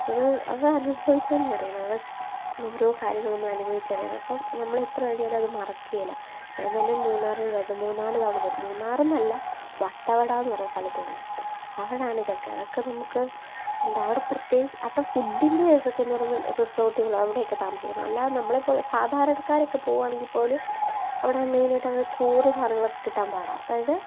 അത് അതനുഭവിച്ച് തന്നെ അറിയണം അതൊക്കെ ഓരോ കാര്യങ്ങളും നമ്മള് അനുഭവിച്ച് അറിയണം അപ്പോള് നമ്മള് എത്ര കഴിഞ്ഞാലും അത് മറക്കില്ല ഞാൻ തന്നെ മൂന്നാറിൽ രണ്ട് മൂന്നാലു തവണ പോയിട്ടുണ്ട് മൂന്നാറ് എന്നല്ല വട്ടവട എന്നു പറഞ്ഞ സ്ഥലത്ത് പോകണം അവിടെയാണ് ഇതൊക്കെ അതൊക്കെ നമുക്ക് എന്താണ് അവിടെ പ്രത്യേകിച്ച് അവിടെ ഫുഡിൻ്റെ കേസൊക്കെ എന്നു പറയുമ്പോള് റിസോർട്ടുകൾ അവിടെയൊക്കെ താമസിക്കണം അല്ലാതെ നമ്മളെപ്പോലെ സാധാരണക്കാരൊക്കെ പോവുകയാണെങ്കിൽ പോലും അവിടെ മെയിനായിട്ട് അങ്ങനെ ചോറ് സാധനങ്ങളൊക്കെ കിട്ടാൻ പാടാ അതായത്